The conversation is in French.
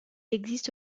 existe